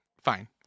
fine